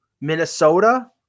Minnesota